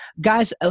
guys